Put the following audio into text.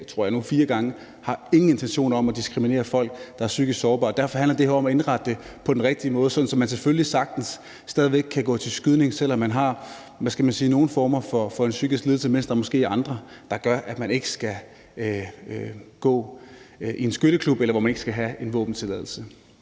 gange, på ingen måde har nogen intention om at diskriminere folk, der er psykisk sårbare. Derfor handler det her om at indrette det på den rigtige måde, sådan at man selvfølgelig sagtens stadig væk kan gå til skydning, selv om man har, hvad skal man sige, nogle former for psykisk lidelse, mens der er andre, der gør, at man ikke skal gå i en skytteklub eller have en våbentilladelse.